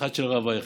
ואחת של הרב אייכלר.